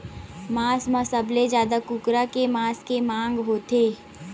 मांस म सबले जादा कुकरा के मांस के मांग होथे